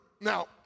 now